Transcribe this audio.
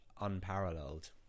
unparalleled